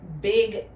big